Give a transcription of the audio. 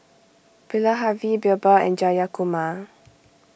Bilahari Birbal and Jayakumar